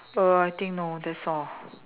uh I think no that's all